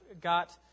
got